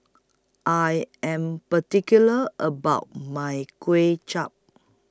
I Am particular about My Kuay Chap